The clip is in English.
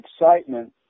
excitement